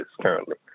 currently